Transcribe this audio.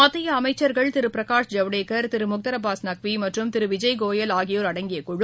மத்திய அமைச்சர்கள் திரு பிரகாஷ் ஜவடேக்கர் திரு முக்தர் அபாஸ் நக்வி மற்றும் திரு விஜய்கோயல் ஆகியோர் அடங்கிய குழு